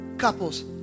couples